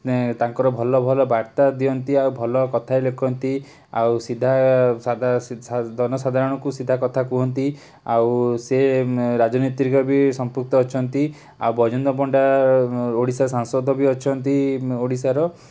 ଏଁ ତାଙ୍କର ଭଲ ଭଲ ବାର୍ତ୍ତା ଦିଅନ୍ତି ଆଉ ଭଲ କଥା ଲେଖନ୍ତି ଆଉ ସିଧା ସାଧା ଜନସାଧାରଣଙ୍କୁ ସିଧାକଥା କୁହନ୍ତି ଆଉ ସେ ରାଜନୀତିରେ ବି ସଂମ୍ପୃକ୍ତ ଅଛନ୍ତି ଆଉ ବୈଜନ୍ତ ପଣ୍ଡା ଓଡ଼ିଶା ସାସଂଦ ବି ଅଛନ୍ତି ଓଡ଼ିଶାର